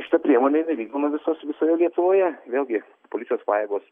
šita priemonė jinai vykdoma visos visoje lietuvoje vėlgi policijos pajėgos